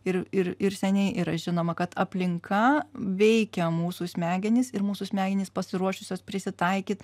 ir ir ir seniai yra žinoma kad aplinka veikia mūsų smegenis ir mūsų smegenys pasiruošusios prisitaikyt